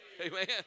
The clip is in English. Amen